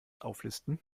auflisten